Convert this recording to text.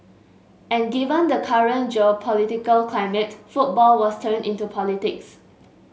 and given the current geopolitical climate football was turned into politics